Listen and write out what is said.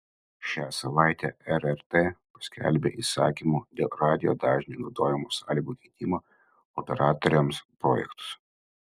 šią savaitę rrt paskelbė įsakymų dėl radijo dažnių naudojimo sąlygų keitimo operatoriams projektus